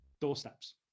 doorsteps